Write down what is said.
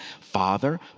father